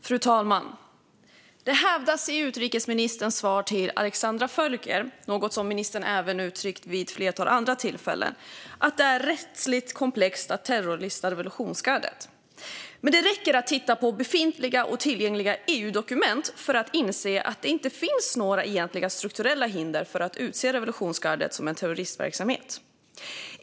Fru talman! I utrikesministerns svar till Alexandra Völker hävdas något som ministern även uttryckt vid ett flertal andra tillfällen, nämligen att det är rättsligt komplext att terrorlista revolutionsgardet. Men det räcker att titta på befintliga, tillgängliga EU-dokument för att inse att det egentligen inte finns några strukturella hinder för att klassa revolutionsgardet som terroristverksamhet.